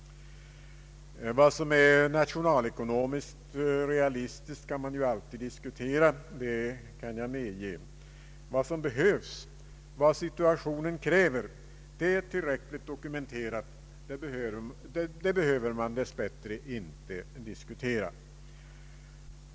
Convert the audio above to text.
Vad som är nationalekonomiskt realistiskt kan alltid diskuteras. Det kan jag medge. Vad som behövs, vad situationen kräver, är tillräckligt dokumenterat. Det behöver man dess bättre inte diskutera.